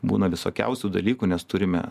būna visokiausių dalykų nes turime